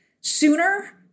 sooner